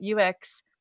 UX